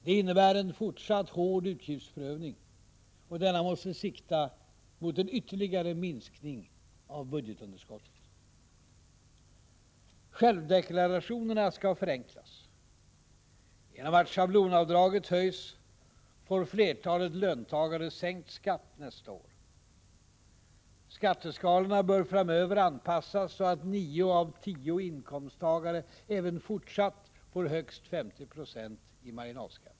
Det innebär en fortsatt hård utgiftsprövning, och denna måste sikta mot en ytterligare minskning av budgetunderskottet. Självdeklarationerna skall förenklas. Genom att schablonavdraget höjs får flertalet löntagare sänkt skatt nästa år. Skatteskalorna bör framöver anpassas så att nio av tio inkomsttagare även fortsatt får högst 50 96 i marginalskatt.